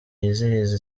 yizihiza